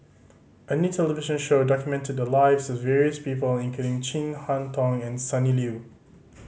a new television show documented the lives of various people including Chin Harn Tong and Sonny Liew